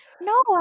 no